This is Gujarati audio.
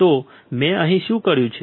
તો મેં અહીં શું કર્યું છે